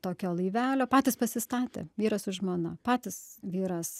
tokio laivelio patys pasistatė vyras su žmona patys vyras